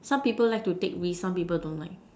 some people like to take risk some people don't like